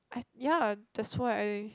I ya that's why I